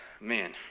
Man